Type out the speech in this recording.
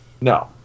No